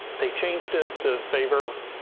they changed it to favor